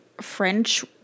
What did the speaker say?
French